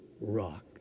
rock